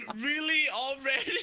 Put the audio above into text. really already?